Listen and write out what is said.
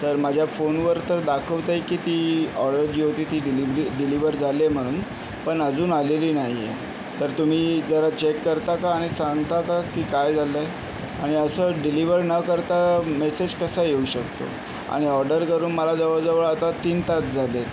तर माझ्या फोनवर तर दाखवतय की ती ऑर्डर जी होती ती डिलिव्हरी डिलिव्हर झाली आहे म्हणून पण अजून आलेली नाही आहे तर तुम्ही जरा चेक करता का आणि सांगता का की काय झालं आहे आणि असं डिलिव्हर न करता मेसेज कसा येऊ शकतो आणि ऑर्डर करून मला जवळजवळ आता तीन तास झालेत